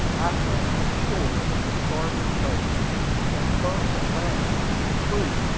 i sent him ashore in the starboard boat and buck and landy, the crew,